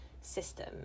system